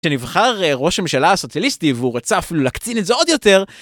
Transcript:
‫כשנבחר ראש הממשלה הסוציאליסטי ‫והוא רצה אפילו להקצין את זה עוד יותר...